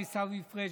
השר עיסאווי פריג',